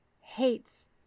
hates